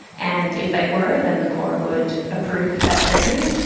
and if they were then the court would approve that treatment.